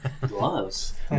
Gloves